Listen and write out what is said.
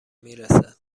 میرسد